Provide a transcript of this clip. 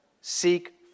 seek